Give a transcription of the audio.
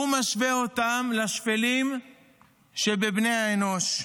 הוא השווה אותן לשפלים שבבני האנוש.